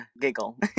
giggle